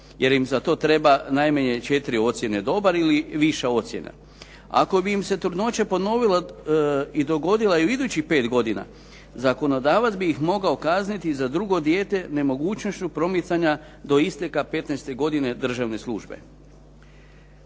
jer im za to treba najmanje četiri ocjene dobar ili viša ocjena. Ako bi im se trudnoća ponovila i dogodila u idućih pet godina zakonodavac bi ih mogao kazniti za drugo dijete nemogućnošću promicanja do isteka 15 godine državne službe.